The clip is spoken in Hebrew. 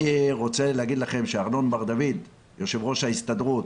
אני רוצה לומר לכם שארנון בר דוד יו"ר ההסתדרות,